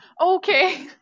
Okay